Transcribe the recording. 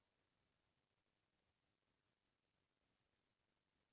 उपकरण हा कतका प्रकार के होथे?